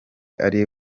ari